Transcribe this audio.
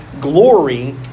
glory